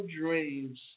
dreams